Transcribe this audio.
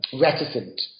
reticent